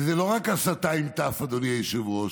וזו לא רק הסתה עם ת', אדוני היושב-ראש,